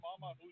mama